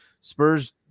spurs